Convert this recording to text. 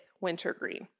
wintergreen